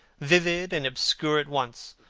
vivid and obscure at once,